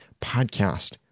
podcast